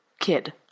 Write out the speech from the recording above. kid